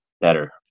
better